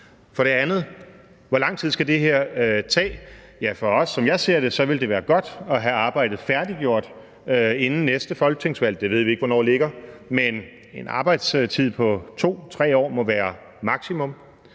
For det andet: Hvor lang tid skal det her tage? Ja, som jeg ser det, vil det være godt at have arbejdet færdiggjort inden næste folketingsvalg. Det ved vi ikke hvornår ligger, men en arbejdstid på 2-3 år må være maksimum.